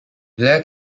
blair